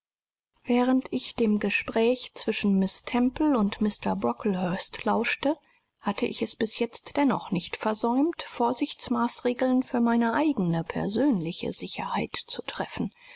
während ich dem gespräch zwischen miß temple und mr brocklehurst lauschte hatte ich es bis jetzt dennoch nicht versäumt vorsichtsmaßregeln für meine eigene persönliche sicherheit zu treffen